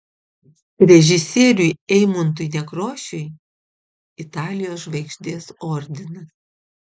režisieriui eimuntui nekrošiui italijos žvaigždės ordinas